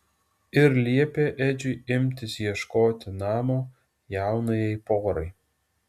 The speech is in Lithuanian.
ir liepė edžiui imtis ieškoti namo jaunajai porai